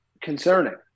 concerning